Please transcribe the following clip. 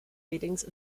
meetings